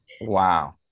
Wow